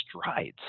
strides